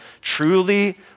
truly